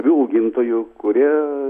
avių augintojų kurie